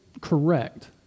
correct